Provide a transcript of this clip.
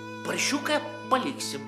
paršiuką paliksim